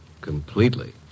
Completely